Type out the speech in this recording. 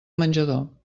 menjador